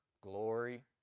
glory